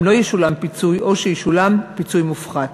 לא ישולם פיצוי או שישולם פיצוי מופחת.